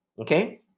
Okay